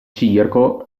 circo